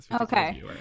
okay